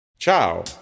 Ciao